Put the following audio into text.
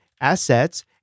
assets